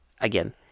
again